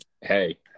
hey